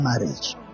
marriage